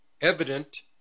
evident